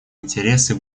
интересы